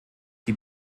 die